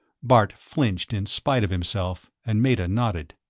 bart flinched in spite of himself, and meta nodded.